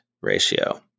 ratio